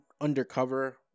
undercover